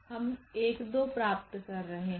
हम 12प्राप्त कर रहे हैं